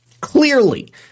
clearly